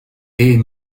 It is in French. est